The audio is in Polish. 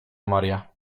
maria